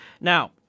Now